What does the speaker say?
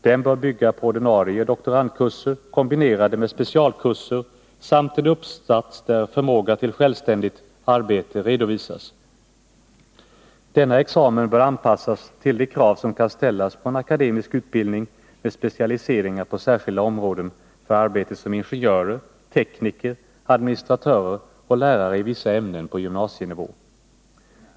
Den bör bygga på ordinarie doktorandkurser, kombinerade med specialkurser, samt en uppsats där förmåga till självständigt arbete redovisas. Denna examen bör anpassas till de krav som kan ställas på en akademisk utbildning med specialiseringar på särskilda områden för arbete som ingenjörer, tekniker, administratörer och lärare i vissa ämnen på gymnasienivå.